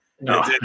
No